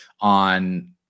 on